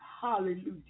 Hallelujah